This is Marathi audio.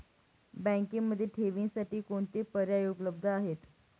बँकेमध्ये ठेवींसाठी कोणते पर्याय उपलब्ध आहेत?